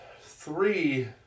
three